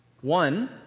One